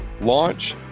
launch